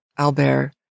Albert